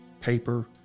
paper